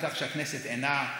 שהכנסת אינה,